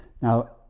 Now